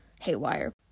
haywire